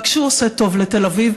רק שהוא עושה טוב לתל אביב,